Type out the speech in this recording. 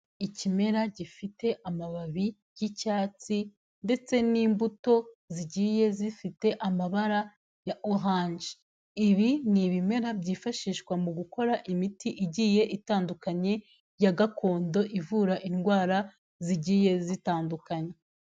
Ikimera gifite amababi y'icyatsi ndetse n'imbuto zigiye zifite amabara ya oranje. Ibi ni ibimera byifashishwa mu gukora imiti igiye itandukanye ya gakondo ivura indwara zigiye zitandukanye.